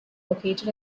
located